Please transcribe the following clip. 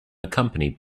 accompanied